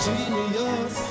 Genius